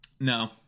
No